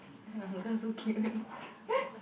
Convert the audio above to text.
uncle so cute